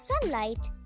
sunlight